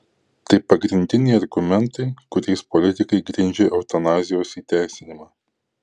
tai pagrindiniai argumentai kuriais politikai grindžia eutanazijos įteisinimą